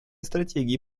стратегии